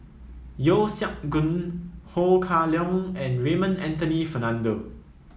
Yeo Siak Goon Ho Kah Leong and Raymond Anthony Fernando